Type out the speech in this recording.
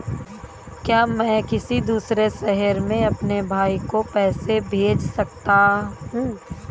क्या मैं किसी दूसरे शहर में अपने भाई को पैसे भेज सकता हूँ?